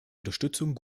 unterstützung